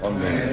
Amen